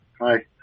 Hi